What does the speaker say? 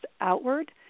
outward